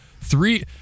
three